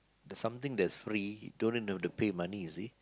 there's something that's free you don't even have to pay money you see